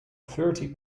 thirty